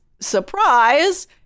surprise